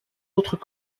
autres